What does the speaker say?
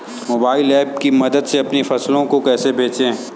Mobile app की मदद से अपनी फसलों को कैसे बेचें?